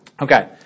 Okay